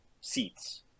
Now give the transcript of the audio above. seats